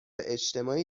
اجتماعی